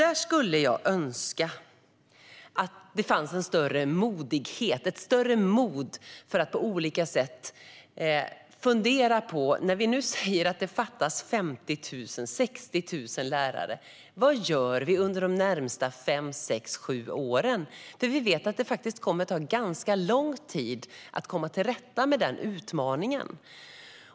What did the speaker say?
Här skulle jag önska att det fanns ett större mod att på olika sätt fundera på saker och ting. Vad gör vi under de närmaste fem, sex eller sju åren när vi nu säger att det fattas 50 000-60 000 lärare? Vi vet att det kommer att ta ganska lång tid att komma till rätta med denna utmaning.